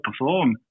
perform